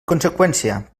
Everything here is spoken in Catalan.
conseqüència